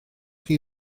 chi